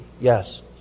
yes